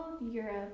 Europe